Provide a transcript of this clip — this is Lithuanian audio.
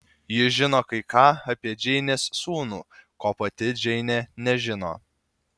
ji žino kai ką apie džeinės sūnų ko pati džeinė nežino